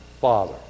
Father